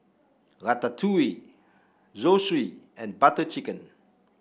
Ratatouille Zosui and Butter Chicken